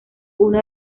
uno